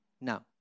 Now